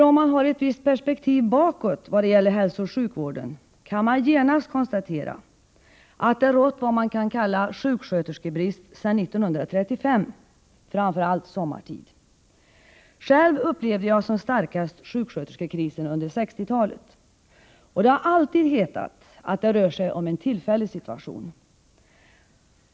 Om man har ett visst perspektiv bakåt i fråga om hälsooch sjukvården kan man genast konstatera, att det rått vad man kan kalla sjuksköterskebrist sedan 1935, framför allt sommartid. Själv upplevde jag som starkast sjuksköterskekrisen under 1960-talet. Det har alltid hetat att det rör sig om en tillfällig situation.